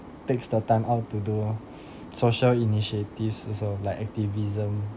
takes the time out to do social initiatives also like activism